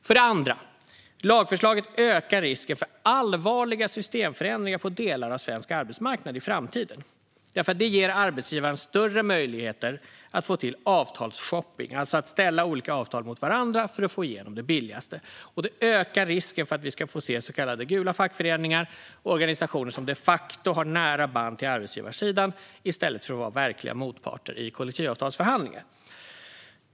För det andra: Lagförslaget ökar risken för allvarliga systemförändringar på delar av svensk arbetsmarknad i framtiden. Det ger arbetsgivaren större möjligheter att få till avtalsshopping, alltså att ställa olika avtal mot varandra för att få igenom det billigaste. Det ökar också risken för att vi ska få se så kallade gula fackföreningar, det vill säga organisationer som de facto har nära band till arbetsgivarsidan i stället för att vara verkliga motparter i kollektivavtalsförhandlingar.